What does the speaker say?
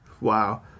Wow